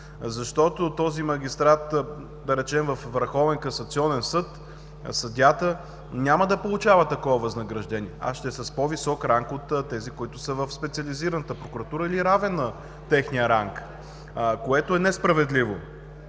Защото този магистрат, да речем, във Върховен касационен съд съдията няма да получава такова възнаграждение, а ще е с по-висок ранг от тези, които са в Специализираната прокуратура или равен на техния ранг, което е несправедливо.